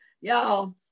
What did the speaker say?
Y'all